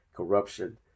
Corruption